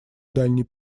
дальний